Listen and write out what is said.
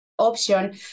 option